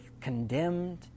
condemned